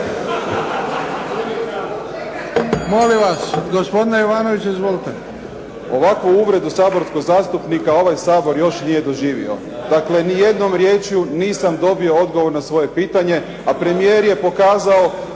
izvolite. **Jovanović, Željko (SDP)** Ovakvu uvredu saborskog zastupnika ovaj Sabor još nije doživio. Dakle, ni jednom riječju nisam dobio odgovor na svoje pitanje, a premijer je pokazao